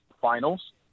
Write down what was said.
finals